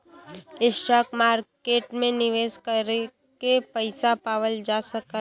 stock market में निवेश करके पइसा पावल जा सकला